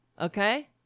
Okay